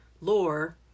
lore